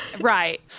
right